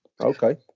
okay